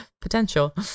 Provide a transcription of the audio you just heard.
potential